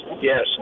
yes